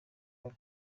kare